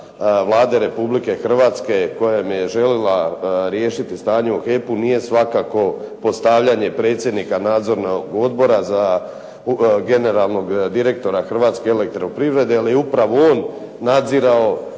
Vlade Republike Hrvatske kojom je željela riješiti stanje u HEP-u nije svakako postavljanje predsjednika nadzornog odbora za generalnog direktora Hrvatske elektro privrede, jel je upravo ono nadzirao